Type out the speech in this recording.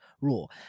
rule